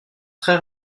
très